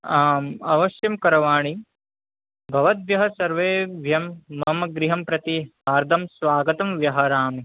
आम् अवश्यं करवाणि भवद्भ्यः सर्वेभ्यः मम गृहं प्रति हार्दं स्वागतं व्याहरामि